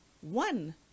one